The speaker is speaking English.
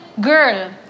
girl